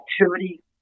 activity